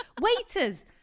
Waiters